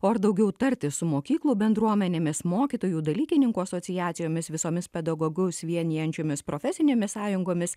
o ar daugiau tartis su mokyklų bendruomenėmis mokytojų dalykininkų asociacijomis visomis pedagogus vienijančiomis profesinėmis sąjungomis